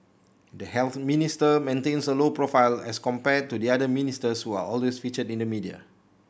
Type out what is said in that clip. the Health Minister maintains a low profile as compared to the other ministers who are always featured in the media